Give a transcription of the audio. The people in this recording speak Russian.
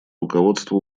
руководство